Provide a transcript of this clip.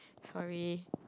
sorry